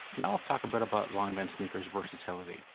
now let's talk a bit about lanvin sneakers' versatility.